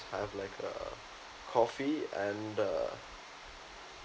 have like a coffee and uh